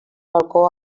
balcó